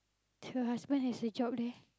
her husband has a job there